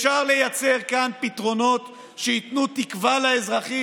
אפשר לייצר כאן פתרונות שייתנו תקווה לאזרחים,